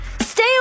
Stay